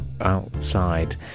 outside